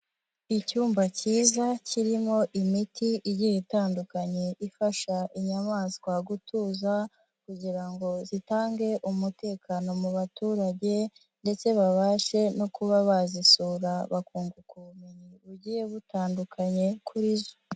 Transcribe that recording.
Icyumba kiza kirimo imiti igiye itandukanye ifasha inyamaswa gutuza kugira ngo zitange umutekano mu baturage ndetse babashe no kuba bazisura bakunguka ubumenyi bugiye butandukanye kuri zo.